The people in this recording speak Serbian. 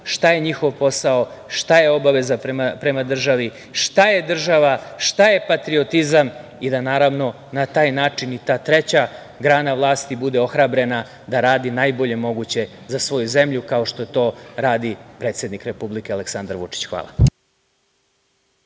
šta je njihov posao, šta je obaveza prema državi, šta je država, šta je patriotizam i da, naravno na taj način i ta treća grana vlasti budu ohrabrena da radi najbolje moguće za svoju zemlju, kao što to radi predsednik Republike Aleksandar Vučić. Hvala.